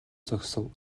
зогсов